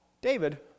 David